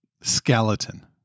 skeleton